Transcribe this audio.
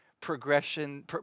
progression